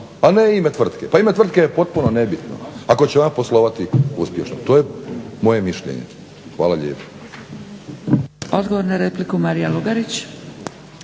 a ne ime tvrtke. Pa ime tvrtke je potpuno nebitno ako će ona poslovati uspješno. To je moje mišljenje. Hvala lijepo.